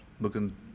looking